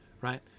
right